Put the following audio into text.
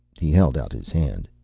he held out his hand.